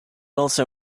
also